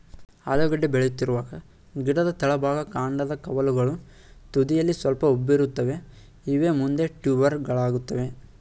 ಆಲೂಗೆಡ್ಡೆ ಬೆಳೆಯುತ್ತಿರುವಾಗ ಗಿಡದ ತಳಭಾಗ ಕಾಂಡದ ಕವಲುಗಳು ತುದಿಯಲ್ಲಿ ಸ್ವಲ್ಪ ಉಬ್ಬಿರುತ್ತವೆ ಇವೇ ಮುಂದೆ ಟ್ಯೂಬರುಗಳಾಗ್ತವೆ